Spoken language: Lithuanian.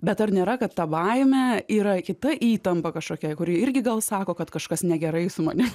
bet ar nėra kad ta baimė yra kita įtampa kažkokia kuri irgi gal sako kad kažkas negerai su manim